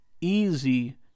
easy